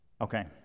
okay